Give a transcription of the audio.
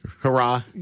Hurrah